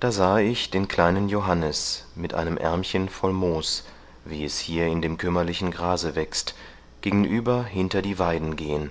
da sahe ich den kleinen johannes mit einem ärmchen voll moos wie es hier in dem kümmerlichen grase wächst gegenüber hinter die weiden gehen